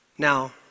Now